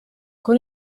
con